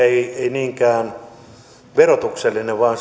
ei niinkään verotuksellinen vaan